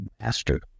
Master